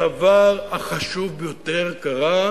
הדבר החשוב ביותר קרה,